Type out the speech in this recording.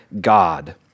God